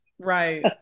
Right